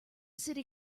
city